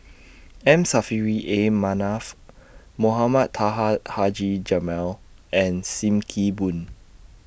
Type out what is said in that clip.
M Saffri A Manaf Mohamed Taha Haji Jamil and SIM Kee Boon